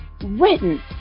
written